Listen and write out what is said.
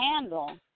handle